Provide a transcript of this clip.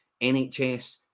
NHS